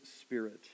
spirit